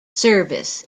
service